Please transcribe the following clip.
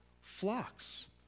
flocks